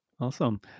Awesome